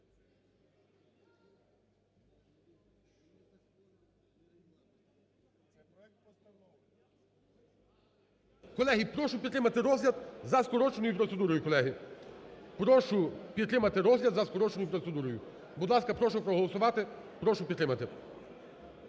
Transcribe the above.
колеги. Прошу підтримати розгляд за скороченою процедурою. Будь ласка, прошу проголосувати, прошу підтримати.